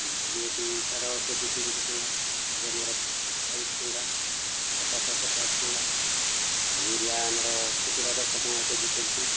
ଆମର ଏଠିକାର ସାର କେ ଜି ତିରିଶ ଟଙ୍କା ଗ୍ରୁମର ଚାଳିଶ ଟଙ୍କା ପଟାଶ୍ ପଚାଶ ଟଙ୍କା ଆଉ ୟୁରିଆ ଆମର ଖୁଚୁରା ଦଶ ଟଙ୍କା କେ ଜି ସେମିତି